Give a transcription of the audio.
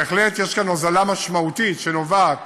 בהחלט יש כאן הוזלה משמעותית שנובעת